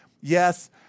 yes